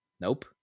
Nope